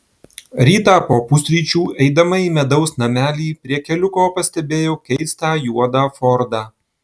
rytą po pusryčių eidama į medaus namelį prie keliuko pastebėjau keistą juodą fordą